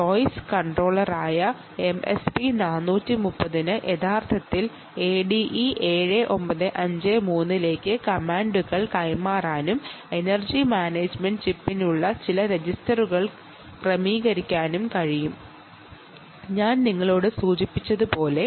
choice കണ്ട്രോളറായ MSP 430 ന് യഥാർത്ഥത്തിൽ എഡിഇ 7953 ലേക്ക് കമാൻഡുകൾ കൈമാറാനും എനർജി മോണിറ്ററിംഗ് ചിപ്പിനുള്ളിൽ ചില രജിസ്റ്ററുകൾ ക്രമീകരിക്കാനും കഴിയും